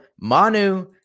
Manu